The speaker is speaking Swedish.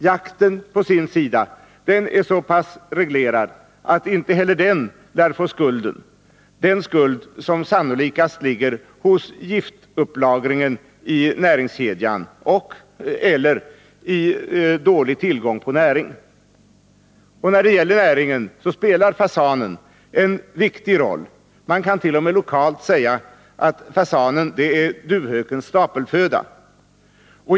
Jakten är å andra sidan så pass reglerad att inte heller den lär få skulden, den skuld som mest sannolikt hör ihop med giftupplagring i näringskedjan och/eller dålig tillgång på näring. När det gäller näringen spelar fasanen en viktig roll. Man kan t.o.m. säga att fasanen lokalt är duvhökens stapelföda.